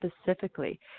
specifically